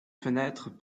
fenêtres